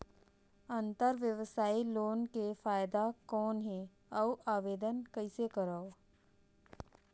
अंतरव्यवसायी लोन के फाइदा कौन हे? अउ आवेदन कइसे करव?